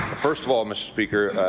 first of all, mr. speaker,